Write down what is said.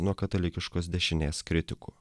nuo katalikiškos dešinės kritikų